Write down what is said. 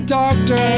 doctor